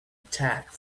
attack